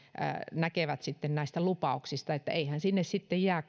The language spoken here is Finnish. näkevät näistä lupauksista että eihän sinne sitten jää